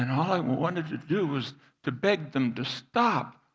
i wanted to do was to beg them to stop,